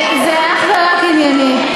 זה אך ורק ענייני.